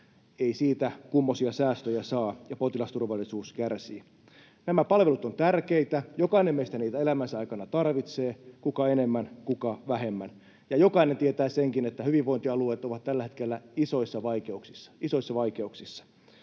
Ei siitä kummoisia säästöjä saa, ja potilasturvallisuus kärsii. Nämä palvelut ovat tärkeitä. Jokainen meistä niitä elämänsä aikana tarvitsee, kuka enemmän, kuka vähemmän. Jokainen tietää senkin, että hyvinvointialueet ovat tällä hetkellä isoissa vaikeuksissa.